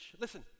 Listen